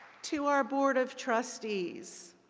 to our board of trustees,